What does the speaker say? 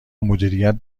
مدیریت